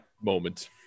moment